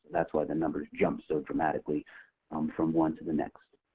that's why the numbers jump so dramatically from one to the next.